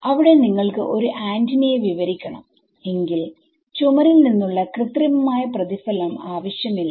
അവിടെ നിങ്ങൾക്ക് ഒരു ആന്റിന യെ വിവരിക്കണം എങ്കിൽ ചുമരിൽ നിന്നുള്ള കൃത്രിമമായ പ്രതിഫലനം ആവശ്യമില്ല